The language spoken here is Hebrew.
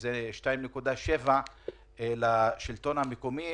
שזה 2.7 לשלטון המקומי,